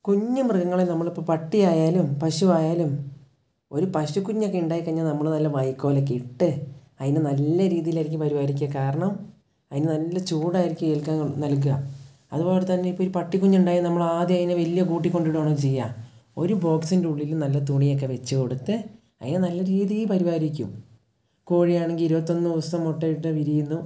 കുഞ്ഞ് മൃഗങ്ങളെ നമ്മൾ ഇപ്പം പട്ടി ആയാലും പശു ആയാലും ഒരു പശു കുഞ്ഞൊക്കെ ഉണ്ടായി കഴിഞ്ഞാൽ നമ്മൾ നല്ല വൈക്കോലൊക്കെ ഇട്ട് അതിന് നല്ല രീതിയിലായിരിക്കും പരിപാലക്കുക കാരണം അതിന് നല്ല ചൂടായിരിക്കും ഏൽക്കാൻ നൽകുക അതുപോലെ തന്നെ ഇപ്പം ഒരു പട്ടിക്കുഞ്ഞ് ഉണ്ടായാൽ നമ്മൾ ആദ്യം അതിനെ വലിയ കൂട്ടിൽ കൊണ്ട് ഇടുകയാണോ ചെയ്യുക ഒരു ബോക്സിൻ്റെ ഉള്ളിൽ നല്ല തുണിയൊക്കെ വച്ചു കൊടുത്ത് അതിനെ നല്ല രീതിയിൽ പരിപാലിക്കും കോഴി ആണെങ്കിൽ ഇരുപത്തി ഒന്ന് ദിവസം മുട്ടയിട്ട് വിരിയുന്നു